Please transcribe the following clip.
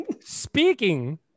Speaking